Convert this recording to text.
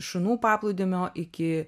šunų paplūdimio iki